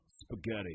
Spaghetti